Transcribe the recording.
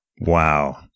Wow